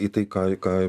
į tai ką ką